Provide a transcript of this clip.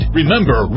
remember